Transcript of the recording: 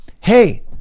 Hey